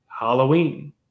Halloween